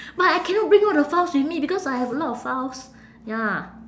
but I cannot bring all the files with me because I have a lot of files ya